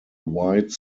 wide